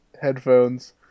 headphones